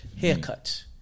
haircuts